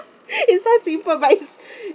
it sounds simple but it's